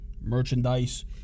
merchandise